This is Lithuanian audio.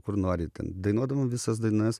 kur nori ten dainuodavom visas dainas